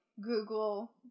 google